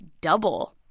double